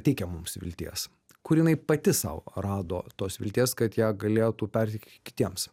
teikia mums vilties kur jinai pati sau rado tos vilties kad ją galėtų perteikti jiems